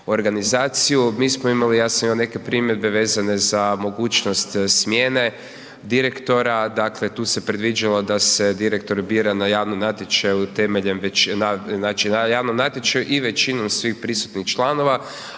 Mi smo imali, ja sam imao neke primjedbe vezane za mogućnost smjene direktora. Dakle tu se predviđalo da se direktor bira na javnom natječaju temeljem, znači na